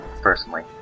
personally